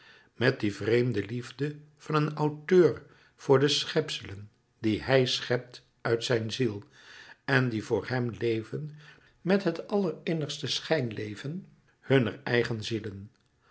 met die vreemde liefde van een auteur voor de schepselen die hij schept uit zijne ziel en die voor hem leven met het allerinnigste schijnleven hunner eigen zielen